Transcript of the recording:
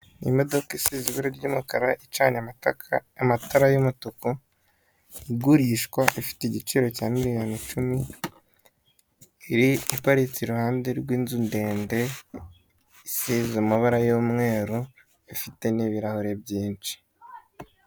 Imodoka isize ibara ry'umukara, icanye amatara y'umutuku, igurishwa ifite igiciro cya miliyoni icumi, iparitse iruhande rw'inzu ndende isize mabara y'umweru, ifite n'ibirahure byinshi.